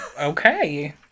Okay